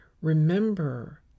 remember